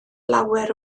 lawer